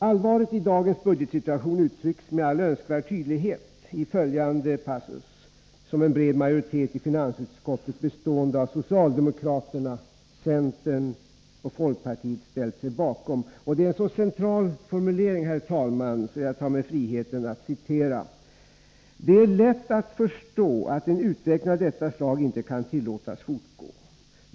Allvaret i dagens budgetsituation uttrycks med all önskvärd tydlighet i följande passus, som en bred majoritet i finansutskottet bestående av socialdemokrater, centerpartister och folkpartister har ställt sig bakom. Det är, herr talman, en så central formulering att jag tar mig friheten att citera: ”Det är lätt att förstå att en utveckling av detta slag inte kan tillåtas fortgå.